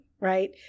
right